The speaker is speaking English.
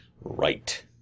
Right